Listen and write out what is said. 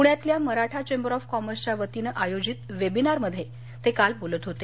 पुण्यातल्या Maratha chamber of कॉमर्सच्या वतीन आयोजित वेबिनारमध्ये ते बोलत होते